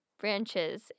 branches